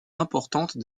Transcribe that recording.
importante